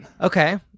okay